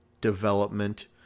development